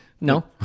no